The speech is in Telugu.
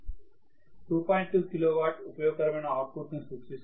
2 కిలో వాట్ ఉపయోగకరమైన అవుట్పుట్ను సూచిస్తుంది